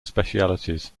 specialities